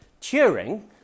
Turing